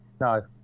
no